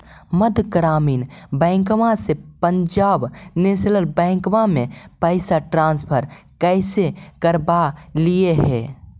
मध्य ग्रामीण बैंकवा से पंजाब नेशनल बैंकवा मे पैसवा ट्रांसफर कैसे करवैलीऐ हे?